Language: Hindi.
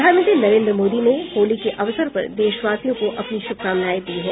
प्रधानमंत्री नरेन्द्र मोदी ने होली के अवसर पर देशवासियों को अपनी शुभकामनाएं दी है